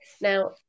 Now